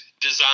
design